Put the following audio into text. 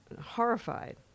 horrified